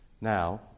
Now